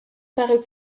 parut